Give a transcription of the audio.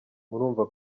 murumva